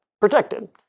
protected